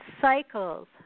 cycles